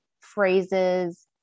phrases